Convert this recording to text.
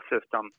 system –